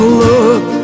look